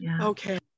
Okay